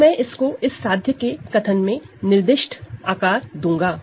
तो मैं इसको इस साध्य के कथन में निर्दिष्ट आकार दूंगा